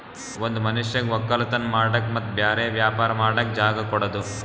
ಒಂದ್ ಮನಷ್ಯಗ್ ವಕ್ಕಲತನ್ ಮಾಡಕ್ ಮತ್ತ್ ಬ್ಯಾರೆ ವ್ಯಾಪಾರ ಮಾಡಕ್ ಜಾಗ ಕೊಡದು